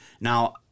Now